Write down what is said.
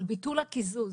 על ביטול הקיזוז.